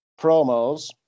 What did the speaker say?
promos